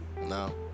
No